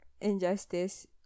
Injustice